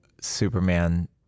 Superman